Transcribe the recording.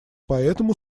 поэтому